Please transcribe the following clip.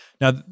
Now